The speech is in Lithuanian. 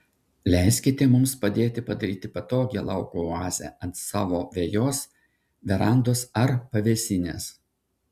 leiskite mums padėti padaryti patogią lauko oazę ant savo vejos verandos ar pavėsinės